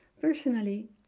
Personally